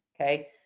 okay